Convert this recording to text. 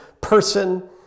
person